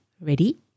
Ready